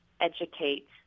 educate